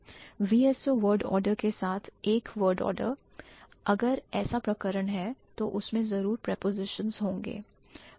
VSO word order के साथ एक word order अगर ऐसा प्रकरण है तो उसमें जरूर prepositions होंगे